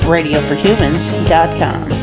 Radioforhumans.com